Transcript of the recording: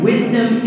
Wisdom